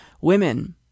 women